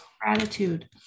gratitude